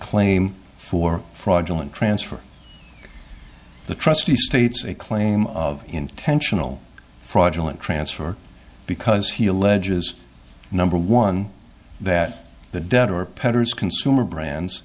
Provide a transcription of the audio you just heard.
claim for fraudulent transfer the trustee states a claim of intentional fraudulent transfer because he alleges number one that the debt or petters consumer brands